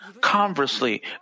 Conversely